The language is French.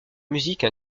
musique